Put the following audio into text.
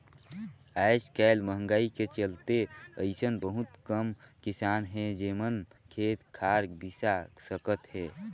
आयज कायल मंहगाई के चलते अइसन बहुत कम किसान हे जेमन खेत खार बिसा सकत हे